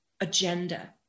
agenda